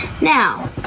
Now